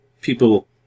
people